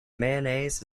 mayonnaise